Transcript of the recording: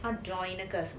他 join 那个